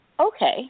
okay